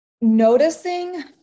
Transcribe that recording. noticing